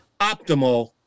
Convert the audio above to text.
optimal